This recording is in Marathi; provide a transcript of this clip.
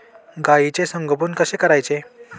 गाईचे संगोपन कसे करायचे?